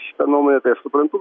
šitą nuomonę tai aš suprantu